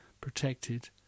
protected